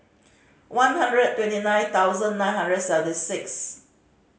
one hundred twenty nine thousand nine hundred and seventy six